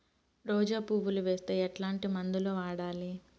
రోజా పువ్వులు వస్తే ఎట్లాంటి మందులు వాడాలి?